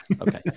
Okay